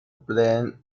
blame